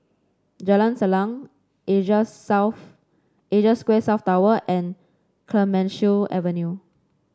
Jalan Salang Asia South Asia Square South Tower and Clemenceau Avenue